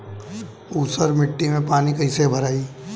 ऊसर मिट्टी में पानी कईसे भराई?